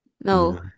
No